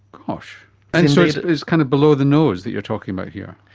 gosh. and so it's kind of below the nose that you're talking about here.